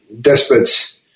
despots